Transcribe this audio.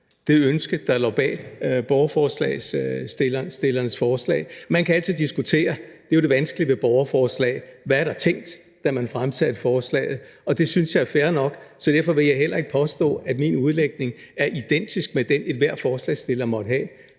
det ønske, der lå bag borgerforslagsstillernes forslag. Man kan altid diskutere – det er jo det vanskelige ved borgerforslag – hvad der blev tænkt, da forslaget blev fremsat, og det synes jeg er fair nok, så derfor vil jeg heller ikke påstå, at min udlægning er identisk med den, enhver forslagsstiller måtte have.